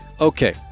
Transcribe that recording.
okay